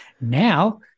Now